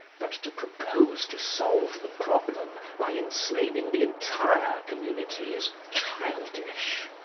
but to propose to solve the problem by enslaving the entire community is childish.